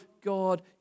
God